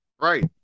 Right